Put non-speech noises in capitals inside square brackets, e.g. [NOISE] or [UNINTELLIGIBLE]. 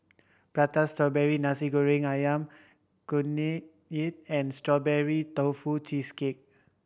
Prata Strawberry Nasi Goreng Ayam Kunyit [UNINTELLIGIBLE] and Strawberry Tofu Cheesecake